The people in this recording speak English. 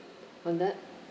on that